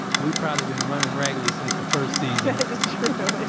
we've probably been running raggily since the first season this is true.